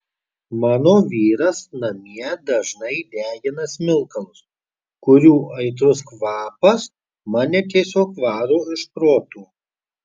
mano vyras namie dažnai degina smilkalus kurių aitrus kvapas mane tiesiog varo iš proto